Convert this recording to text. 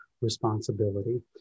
responsibility